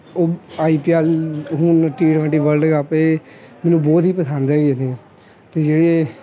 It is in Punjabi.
ਉਹ ਆਈ ਪੀ ਐਲ ਹੁਣ ਟੀ ਟਵੰਟੀ ਵਲਡ ਕੱਪ ਇਹ ਮੈਨੂੰ ਬਹੁਤ ਹੀ ਪਸੰਦ ਹੈਗੇ ਦੇ ਅਤੇ ਜਿਹੜੇ